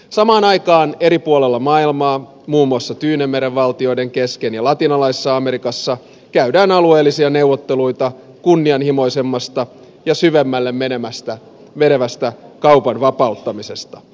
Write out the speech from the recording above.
samaan aikaan eri puolilla maailmaa muun muassa tyynenmeren valtioiden kesken ja latinalaisessa amerikassa käydään alueellisia neuvotteluita kunnianhimoisemmasta ja syvemmälle menevästä kaupan vapauttamisesta